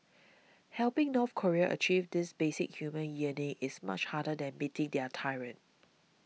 helping North Koreans achieve this basic human yearning is much harder than meeting their tyrant